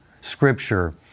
scripture